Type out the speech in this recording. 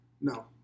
No